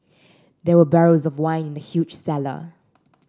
there were barrels of wine in the huge cellar